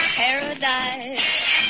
paradise